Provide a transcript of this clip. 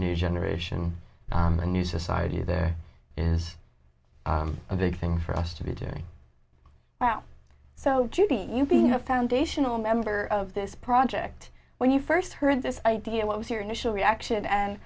new generation a new society there is a big thing for us to be doing well so to be you being a foundational member of this project when you first heard this idea what was your initial reaction and